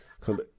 Come